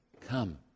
Come